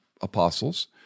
apostles